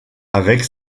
avec